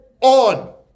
on